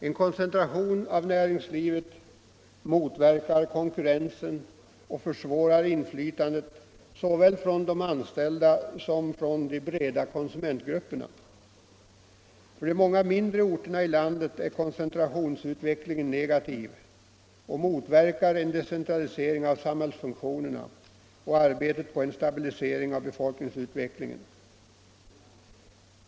En koncentration i näringslivet motverkar konkurrensen och försvårar inflytandet såväl från de anställda som från de breda konsumentgrupperna. För de många mindre orterna i landet är koncentrationsutvecklingen negativ och motverkar en decentralisering av samhällsfunktionerna och arbetet på en stabilisering av befolkningsutvecklingen.